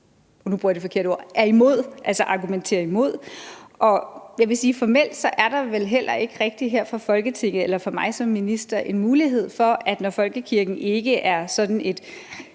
som jeg oplever det, ikke er imod eller argumenterer imod. Jeg vil sige, at formelt er der vel heller ikke rigtig her fra Folketinget eller fra mig som minister en mulighed for, når folkekirken ikke sådan er